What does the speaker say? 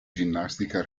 ginnastica